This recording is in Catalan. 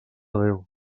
déu